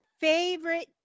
favorite